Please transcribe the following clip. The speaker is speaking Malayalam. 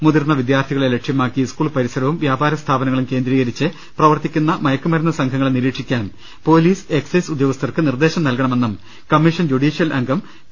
മുതിർന്ന വിദ്യാർത്ഥികളെ ലക്ഷ്യമാക്കി സ്കൂൾ പരിസരവും വ്യാപാര സ്ഥാപനങ്ങളും കേന്ദ്രീകരിച്ച് പ്രവർത്തിക്കുന്ന മയക്കുമ രുന്ന് സംഘങ്ങളെ നിരീക്ഷിക്കാൻ പൊലീസ് എക്സൈസ് ഉദ്യോഗസ്ഥർക്ക് നിർദ്ദേശം നൽകണമെന്നും കമ്മീഷൻ ജുഡീഷ്യൽ അംഗം പി